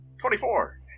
Twenty-four